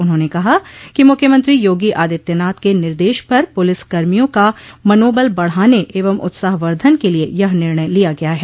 उन्होंने कहा कि मुख्यमंत्री योगी आदित्यनाथ के निर्देश पर पुलिस कर्मियों का मनोबल बढ़ाने एवं उत्साहवर्धन के लिये यह निर्णय लिया गया है